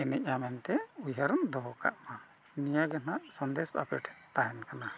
ᱮᱱᱮᱡᱼᱟ ᱢᱮᱱᱛᱮ ᱩᱭᱦᱟᱹᱨ ᱫᱚᱦᱚ ᱠᱟᱜ ᱢᱟ ᱱᱤᱭᱟᱹ ᱜᱮ ᱱᱟᱜ ᱥᱟᱸᱫᱮᱥ ᱟᱯᱮ ᱴᱷᱮᱱ ᱛᱟᱦᱮᱱ ᱠᱟᱱᱟ